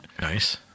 Nice